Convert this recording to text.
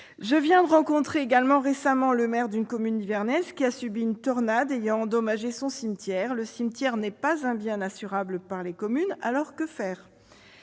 J'ai rencontré récemment le maire d'une commune nivernaise qui a subi une tornade ayant endommagé son cimetière. Le cimetière n'est pas un bien assurable par les communes : dès lors, que faire ?